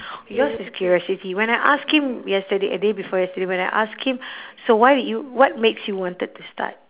yours is curiosity when I ask him yesterday a day before yesterday when I ask him so why did you what makes you wanted to start